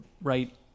right